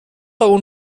اون